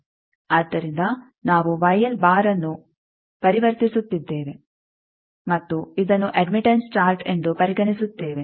ಆದ್ದರಿಂದ ನಾವು ಅನ್ನು ಪರಿವರ್ತಿಸುತ್ತಿದ್ದೇವೆ ಮತ್ತು ಇದನ್ನು ಅಡ್ಮಿಟೆಂಸ್ ಚಾರ್ಟ್ ಎಂದು ಪರಿಗಣಿಸುತ್ತೇವೆ